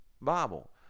Bible